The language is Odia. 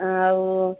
ଆଉ